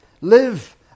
Live